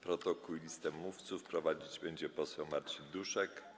Protokół i listę mówców prowadzić będzie poseł Marcin Duszek.